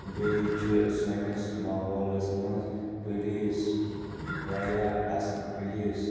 بیٚیہِ چھِ سٲنِس ماحولَس منٛز پٕلیٖس واریاہ اَصٕل پٕلیٖس